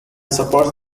supports